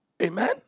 Amen